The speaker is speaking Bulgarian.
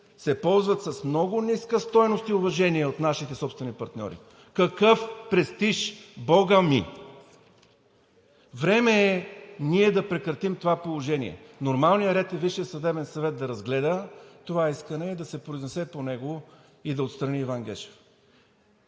се ползват с много ниска стойност и уважение от нашите собствени партньори. Какъв престиж, бога ми?! Време е ние да прекратим това положение. Нормалният ред е Висшият съдебен съвет да разгледа това искане и да се произнесе по него, и да отстрани Иван Гешев.